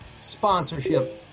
sponsorship